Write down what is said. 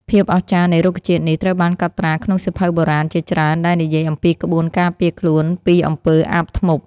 ភាពអស្ចារ្យនៃរុក្ខជាតិនេះត្រូវបានកត់ត្រាក្នុងសៀវភៅបុរាណជាច្រើនដែលនិយាយអំពីក្បួនការពារខ្លួនពីអំពើអាបធ្មប់។